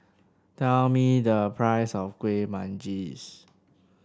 tell me the price of Kueh Manggis